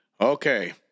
Okay